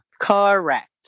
Correct